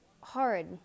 hard